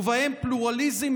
ובהם פלורליזם,